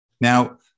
Now